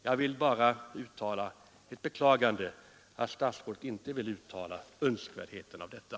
Jag bara beklagar att statsrådet inte ville uttala sig om önskvärdheten av detta.